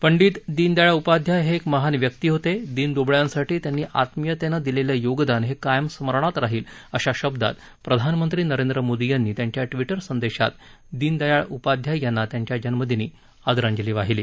पंडित दीनदयाळ उपाध्याय हे एक महान व्यक्ती होते दीनदुबळ्यांसाठी त्यांनी आत्मीयतेनं दिलेलं योगदान हे कायम स्मरणात राहील अशा शब्दात प्रधानमंत्री नरेंद्र मोदी यांनी त्यांच्या ट्विटर संदेशात दीनदयाळ उपाध्याय यांना त्यांच्या जन्मदिनी आदरांजली वाहिली